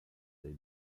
dei